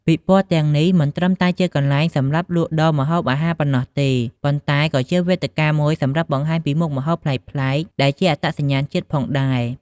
ពិព័រណ៍ទាំងនេះមិនត្រឹមតែជាកន្លែងសម្រាប់លក់ដូរម្ហូបអាហារប៉ុណ្ណោះទេ ប៉ុន្តែក៏ជាវេទិកាមួយសម្រាប់បង្ហាញពីមុខម្ហូបប្លែកៗ ដែលជាអត្តសញ្ញាណជាតិផងដែរ។